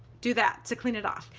do that to clean it off.